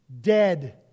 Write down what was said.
dead